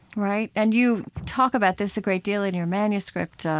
right? and you talk about this a great deal in your manuscript. ah